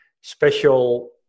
special